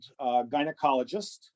gynecologist